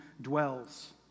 dwells